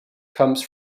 comes